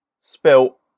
spilt